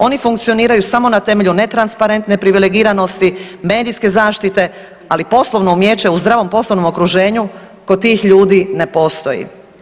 Oni funkcioniraju samo na temelju netransparentne privilegiranosti, medijske zaštite, ali poslovno umijeće u zdravom poslovnom okruženju kod tih ljudi ne postoji.